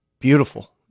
beautiful